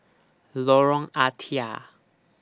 Lorong Ah Thia